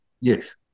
Yes